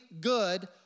good